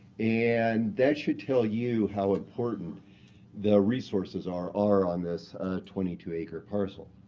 and that should tell you how important the resources are are on this twenty two acre parcel.